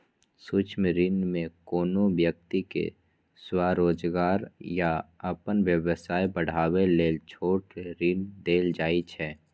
सूक्ष्म ऋण मे कोनो व्यक्ति कें स्वरोजगार या अपन व्यवसाय बढ़ाबै लेल छोट ऋण देल जाइ छै